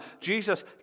Jesus